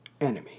enemy